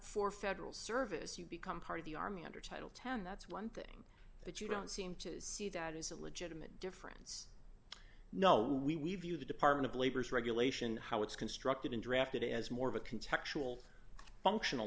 for federal service you become part of the army under title ten that's one thing but you don't seem to see that as a legitimate difference no we we view the department of labor's regulation how it's constructed and drafted as more of a contemptuous functional